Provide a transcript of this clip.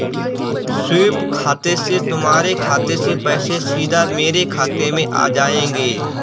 SVEEP खाते से तुम्हारे खाते से पैसे सीधा मेरे खाते में आ जाएंगे